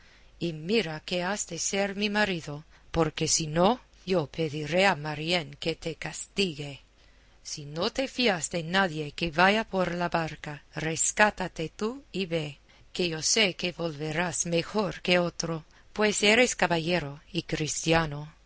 y mira que has de ser mi marido porque si no yo pediré a marién que te castigue si no te fías de nadie que vaya por la barca rescátate tú y ve que yo sé que volverás mejor que otro pues eres caballero y cristiano